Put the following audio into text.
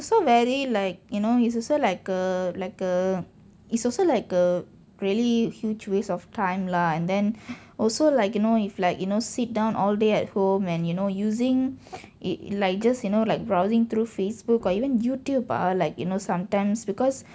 it's also very like you know it's also like a like a it's also like a really huge waste of time lah and then also like you know if like you know sit down all day at home and you know using it like just you know like browsing through Facebook or even YouTube ah like you know sometimes because